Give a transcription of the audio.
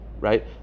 right